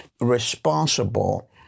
Responsible